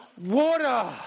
water